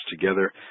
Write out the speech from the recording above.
together